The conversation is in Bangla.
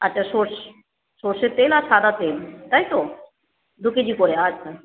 আচ্ছা সর্ষে সর্ষের তেল আর সাদা তেল তাই তো দু কেজি করে আচ্ছা